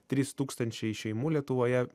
trys tūkstančiai šeimų lietuvoje